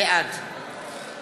בעד